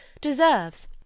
deserves